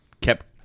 kept